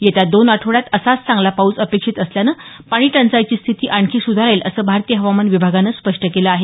येत्या दोन आठवडयात असाच चांगला पाऊस अपेक्षित असल्यानं पाणीटंचाईची स्थिती आणखी सुधारेल असं भारतीय हवामान विभागानं स्पष्ट केलं आहे